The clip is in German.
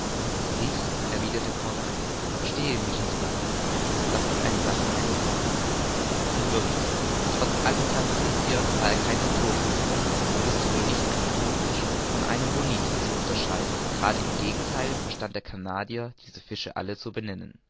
ich erwiderte conseil verstehe mich nicht darauf das ist eine sache meines herrn und wirklich trotz allem classificiren war er kein naturkundiger und wußte wohl nicht einen thunfisch von einem bonit zu unterscheiden gerade im gegentheil verstand der canadier diese fische alle zu benennen